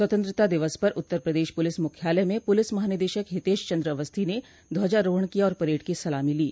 स्वतंत्रता दिवस पर उत्तर प्रदेश पुलिस मुख्यालय में पुलिस महानिदेशक हितेश चन्द्र अवस्थी ने ध्वजारोहण किया और परेड की सलामी ली